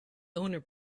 owner